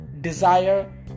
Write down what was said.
desire